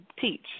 teach